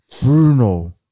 Bruno